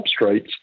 substrates